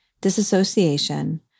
disassociation